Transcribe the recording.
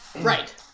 Right